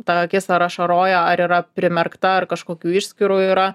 per akis ar ašaroja ar yra primerkta ar kažkokių išskyrų yra